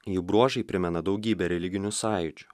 jų bruožai primena daugybę religinių sąjūdžių